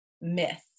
myth